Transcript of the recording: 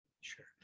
Sure